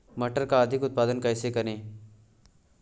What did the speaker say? मटर का अधिक उत्पादन कैसे करें?